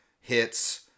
hits